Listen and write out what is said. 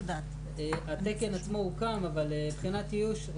התקן עצמו הוקם אבל מבחינת איוש,